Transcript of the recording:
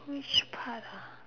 which part ah